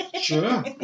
Sure